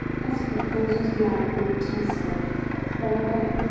must proposals be either grotesque or horrible?